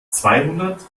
zweihundert